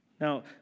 Now